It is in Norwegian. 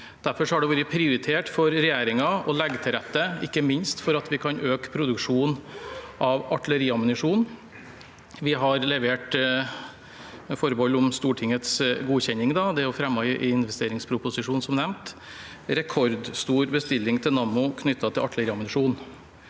Derfor har det vært en prioritet for regjeringen å legge til rette, ikke minst for at vi kan øke produksjonen av artilleriammunisjon. Vi har levert – med forbehold om Stortingets godkjenning, og det er som nevnt fremmet i investeringsproposisjonen – en rekordstor bestilling til Nammo knyttet til artilleriammunisjon.